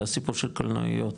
הסיפור של קולנועיות,